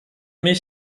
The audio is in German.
mich